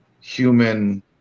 human